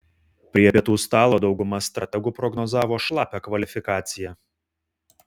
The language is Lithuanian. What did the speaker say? prie pietų stalo dauguma strategų prognozavo šlapią kvalifikaciją